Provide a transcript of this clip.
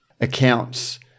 accounts